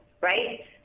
right